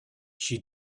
she